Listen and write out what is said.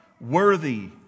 worthy